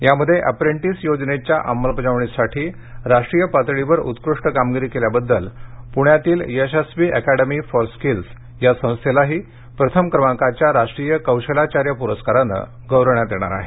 यामध्ये अप्रेंटीस योजनेच्या अंमलबजावणीसाठी राष्ट्रीय पातळीवर उत्कृष्ट कामगिरी केल्याबद्दल पुण्यातील यशस्वी अकॅडमी फॉर स्किल्स या संस्थेलाही प्रथम क्रमांकाच्या राष्ट्रीय कौशलाचार्य पुरस्काराने गौरवण्यात येणार आहे